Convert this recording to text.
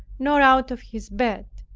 nor out of his bed.